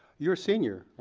you're a senior,